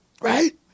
right